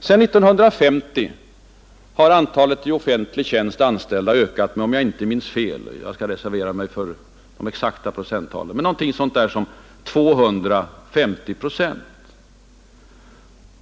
Sedan 1950 har antalet i offentlig tjänst anställda ökat med — om jag inte minns fel, jag skall reservera mig för de exakta procenttalen — cirka 250 procent.